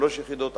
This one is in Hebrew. שלוש יחידות,